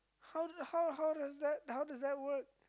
how how how does that how does that work